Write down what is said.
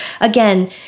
again